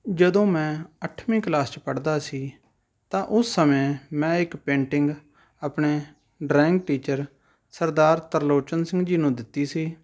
ਜਦੋਂ ਮੈਂ ਅੱਠਵੀਂ ਕਲਾਸ 'ਚ ਪੜ੍ਹਦਾ ਸੀ ਤਾਂ ਉਸ ਸਮੇਂ ਮੈਂ ਇੱਕ ਪੇਂਟਿਗ ਆਪਣੇ ਡਰਾਇੰਗ ਟੀਚਰ ਸਰਦਾਰ ਤ੍ਰਿਲੋਚਨ ਸਿੰਘ ਜੀ ਨੂੰ ਦਿੱਤੀ ਸੀ